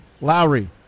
Lowry